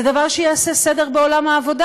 זה דבר שיעשה סדר בעולם העבודה,